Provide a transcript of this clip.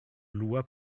loi